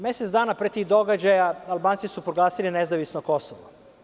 Mesec dana pre tih događaja Albanci su proglasili nezavisno Kosovo.